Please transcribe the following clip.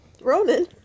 Ronan